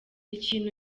ikintu